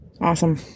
Awesome